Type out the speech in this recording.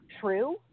true